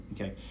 Okay